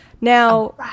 Now